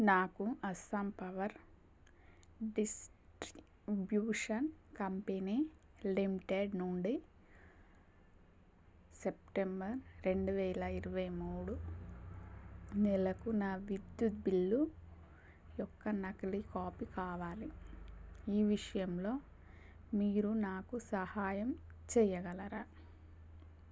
నాకు Assam power distribution company limited నుండి September రెండు వేల ఇరవై మూడు నెలకు నా విద్యుత్ బిల్లు యొక్క నకిలీ కాపీ కావాలి ఈ విషయంలో మీరు నాకు సహాయం చెయ్యగలరా